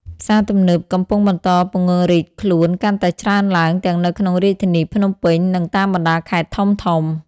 ផ្សារទំនើប កំពុងបន្តពង្រីកខ្លួនកាន់តែច្រើនឡើង ទាំងនៅក្នុងរាជធានីភ្នំពេញ និងតាមបណ្តាខេត្តធំៗ។